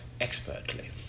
expertly